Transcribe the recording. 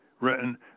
written